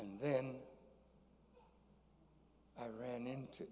and then i ran into